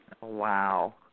Wow